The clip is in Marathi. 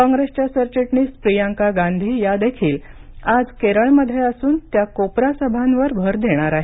कॉप्रेसच्या सरचिटणीस प्रियांका गांधी या देखील आज केरळमध्ये असून त्या कोपरा सभांवर भर देणार आहेत